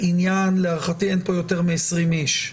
להערכתי, אין פה יותר מ-20 איש.